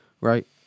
right